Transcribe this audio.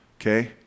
okay